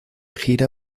gira